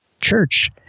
church